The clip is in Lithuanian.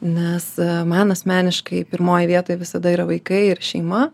nes man asmeniškai pirmoj vietoj visada yra vaikai ir šeima